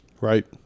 Right